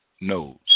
knows